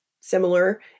similar